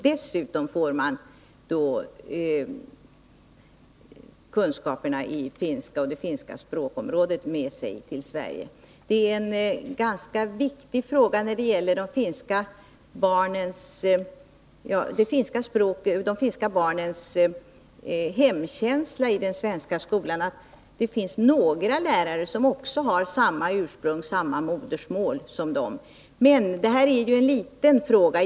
Dessutom får man kunskaperna i finska och om det finska språkområdet med sig till Sverige. Det är ganska viktigt när det gäller de finska barnens hemkänsla i den svenska skolan att det finns några lärare som har samma ursprung och samma modersmål. Men det här är ju en liten fråga.